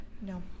No